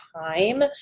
time